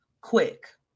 quick